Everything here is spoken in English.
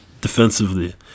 defensively